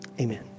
Amen